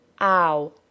ow